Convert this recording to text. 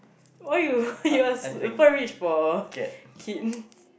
why you you are super rich for a kid